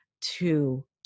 to-